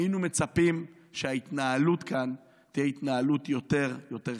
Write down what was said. היינו מצפים שההתנהלות כאן תהיה התנהלות יותר אכפתית.